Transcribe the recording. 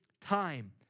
time